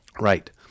Right